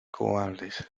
cobardes